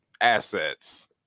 assets